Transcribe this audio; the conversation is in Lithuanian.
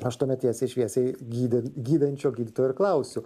aš tuomet tiesiai šviesiai gydy gydančio gydytojo ir klausiu